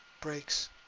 breaks